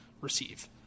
receive